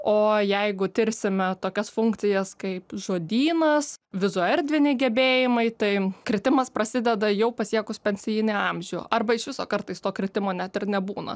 o jeigu tirsime tokias funkcijas kaip žodynas vizuoerdviniai gebėjimai tai kritimas prasideda jau pasiekus pensinį amžių arba iš viso kartais to kritimo net ir nebūna